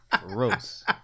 gross